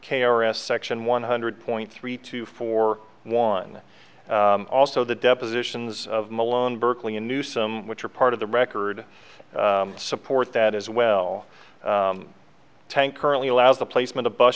k r s section one hundred point three two four one also the depositions of malone berkeley and newsome which are part of the record support that as well tank currently allows a placement a bus